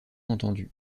entendus